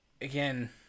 Again